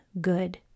good